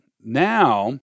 Now